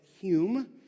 Hume